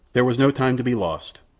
there was no time to be lost.